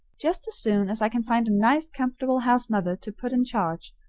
just as soon as i can find a nice comfortable house mother to put in charge,